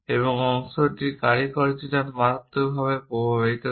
এবং অংশটির কার্যকারিতা মারাত্মকভাবে প্রভাবিত করে